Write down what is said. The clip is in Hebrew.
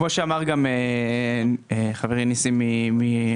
כמו שאמר גם חברי ניסים מרמ"י,